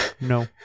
No